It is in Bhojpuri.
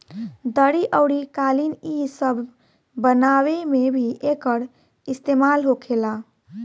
दरी अउरी कालीन इ सब बनावे मे भी एकर इस्तेमाल होखेला